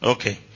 Okay